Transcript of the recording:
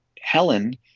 Helen